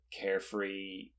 carefree